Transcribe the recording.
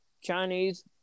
Chinese